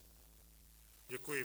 Děkuji.